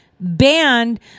banned